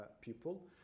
people